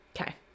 Okay